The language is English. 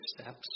steps